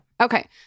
Okay